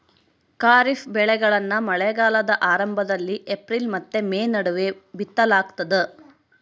ಖಾರಿಫ್ ಬೆಳೆಗಳನ್ನ ಮಳೆಗಾಲದ ಆರಂಭದಲ್ಲಿ ಏಪ್ರಿಲ್ ಮತ್ತು ಮೇ ನಡುವೆ ಬಿತ್ತಲಾಗ್ತದ